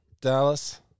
Dallas